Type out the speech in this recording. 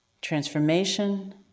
transformation